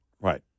Right